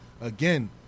again